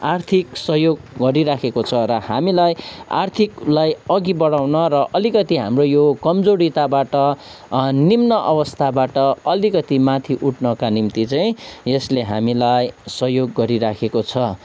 आर्थिक सहयोग गरिरहेको छ र हामीलाई आर्थिकलाई अघि बढाउन र अलिकति हाम्रो यो कमजोरिताबाट निम्न अवस्थाबाट अलिकति माथि उठ्नका निम्ति चाहिँ यसले हामीलाई सहयोग गरिरहेको छ